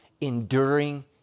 enduring